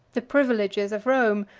the privileges of rome,